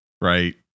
right